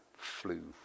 flew